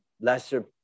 Lesser